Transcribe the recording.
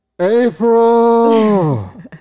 April